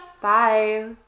Bye